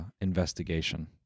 Investigation